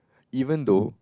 even though